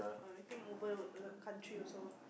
err I think over the the country also